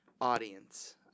audience